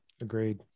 Agreed